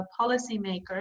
policymakers